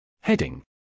Heading